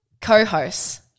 co-hosts